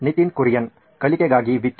ನಿತಿನ್ ಕುರಿಯನ್ ಕಲಿಕೆಗಾಗಿ ವಿಕಿ